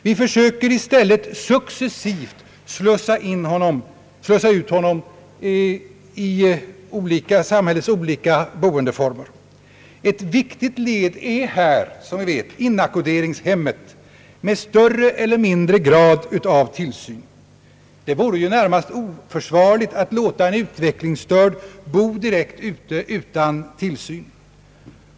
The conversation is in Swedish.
Vi försöker i stället slussa ut honom i samhällets olika boendeformer. Ett viktigt led här är, som vi vet, inackorderingshemmet med större eller mindre grad av tillsyn. Det vore närmast oförsvarligt att låta en utvecklingsstörd bo direkt ute utan tillsyn.